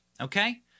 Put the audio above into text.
okay